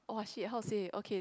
!wow! shit how say okay